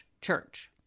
church